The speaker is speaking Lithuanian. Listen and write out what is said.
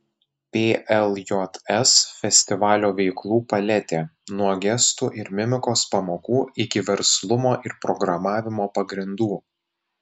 pljs festivalio veiklų paletė nuo gestų ir mimikos pamokų iki verslumo ir programavimo pagrindų